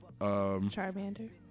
Charmander